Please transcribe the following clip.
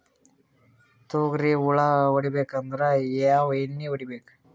ತೊಗ್ರಿ ಹುಳ ಹೊಡಿಬೇಕಂದ್ರ ಯಾವ್ ಎಣ್ಣಿ ಹೊಡಿಬೇಕು?